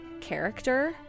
character